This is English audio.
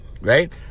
right